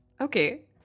Okay